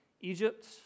Egypt